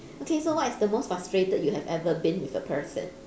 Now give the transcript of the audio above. okay so what is the most frustrated you have ever been with a person